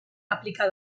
aplika